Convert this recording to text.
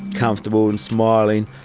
comfortable and smiling,